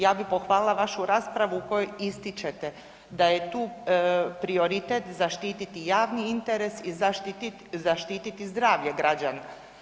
Ja bih pohvalila vašu raspravu u kojoj ističete da je tu prioritet zaštiti javni interes i zaštititi zdravlje građana.